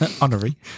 Honorary